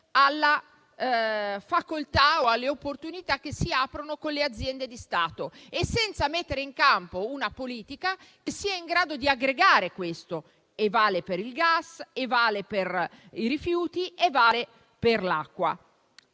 alla facoltà o alle opportunità che si aprono con le aziende di Stato, senza mettere in campo una politica che sia in grado di aggregare. E ciò vale per il gas, i rifiuti e l'acqua.